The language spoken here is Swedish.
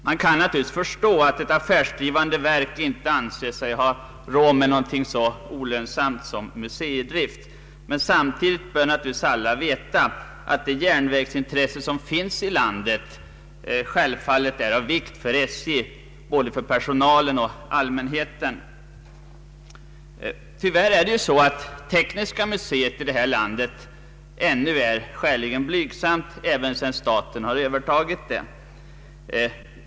Man kan förstå att ett affärsdrivande verk inte anser sig ha råd med någonting så olönsamt som museidrift. Men samtidigt vill jag betona att det järnvägsintresse som finns i landet är av stor vikt för SJ att upprätthålla, både för personalen och allmänheten. Tyvärr förhåller det sig så att tekniska museet ännu har en skäligen blygsam omfattning, även sedan staten har övertagit det.